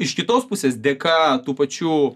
iš kitos pusės dėka tų pačių